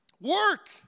Work